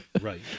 Right